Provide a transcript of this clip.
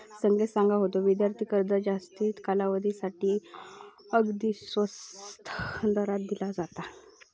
संकेत सांगा होतो, विद्यार्थी कर्ज जास्तीच्या कालावधीसाठी अगदी स्वस्त दरात दिला जाता